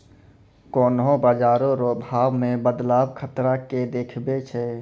कोन्हों बाजार रो भाव मे बदलाव खतरा के देखबै छै